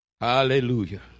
Hallelujah